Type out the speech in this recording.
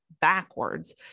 backwards